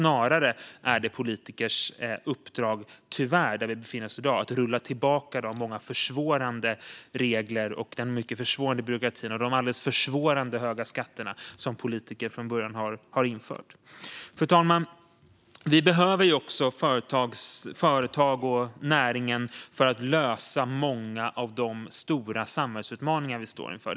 Där vi tyvärr befinner oss i dag är politikernas uppdrag snarare att rulla tillbaka de många försvårande reglerna, den försvårande byråkratin och de försvårande höga skatterna som politiker från början har infört. Fru talman! Vi behöver också företagen och näringen för att lösa många av de stora samhällsutmaningar vi står inför.